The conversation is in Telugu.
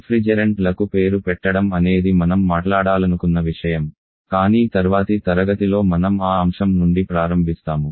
రిఫ్రిజెరెంట్లకు పేరు పెట్టడం అనేది మనం మాట్లాడాలనుకున్న విషయం కానీ తర్వాతి తరగతిలో మనం ఆ అంశం నుండి ప్రారంభిస్తాము